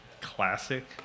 classic